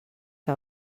que